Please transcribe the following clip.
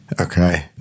okay